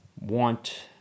want